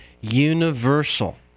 universal